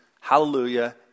hallelujah